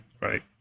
right